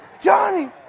Johnny